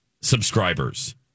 subscribers